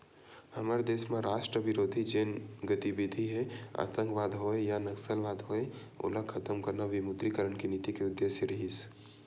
हमर देस म राष्ट्रबिरोधी जेन गतिबिधि हे आंतकवाद होय या नक्सलवाद होय ओला खतम करना विमुद्रीकरन के नीति के उद्देश्य रिहिस